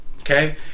Okay